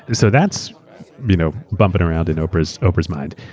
and so that's you know bumping around in oprah's oprah's mind.